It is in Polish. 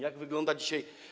Jak to wygląda dzisiaj?